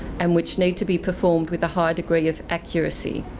and which need to be performed with a higher degree of accuracy.